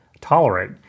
tolerate